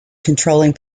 controlling